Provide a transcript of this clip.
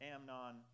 Amnon